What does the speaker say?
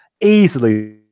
easily